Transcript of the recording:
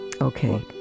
Okay